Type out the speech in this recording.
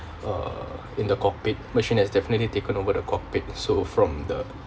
uh in the cockpit machine has definitely taken over the cockpit so from the